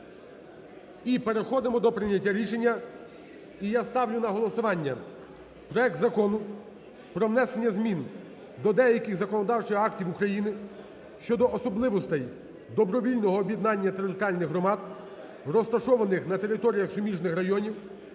і переходимо до прийняття рішення. І я сталю на голосування проект Закону про внесення змін до деяких законодавчих актів України щодо особливостей добровільного об'єднання територіальних громад, розташованих на територіях суміжних районів